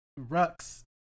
Rux